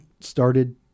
started